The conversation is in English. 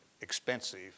expensive